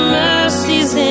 mercies